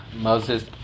Moses